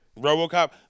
RoboCop